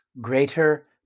greater